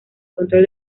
control